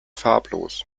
farblos